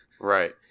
Right